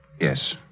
Yes